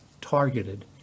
targeted